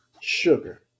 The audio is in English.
Sugar